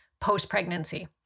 post-pregnancy